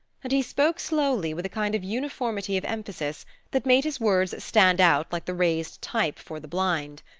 and he spoke slowly, with a kind of uniformity of emphasis that made his words stand out like the raised type for the blind.